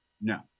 No